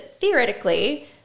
theoretically